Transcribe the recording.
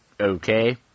okay